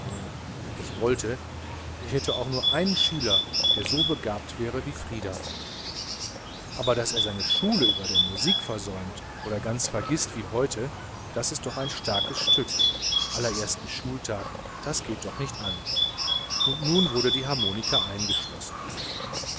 ich wollte ich hätte auch nur einen schüler der so begabt wäre wie frieder aber daß er seine schule über der musik versäumt oder ganz vergißt wie heute das ist doch ein starkes stück am ersten schultag das geht doch nicht an und nun wurde die harmonika eingeschlossen